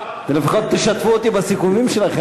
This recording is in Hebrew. לפחות תשתפו אותי בסיכומים שלכם,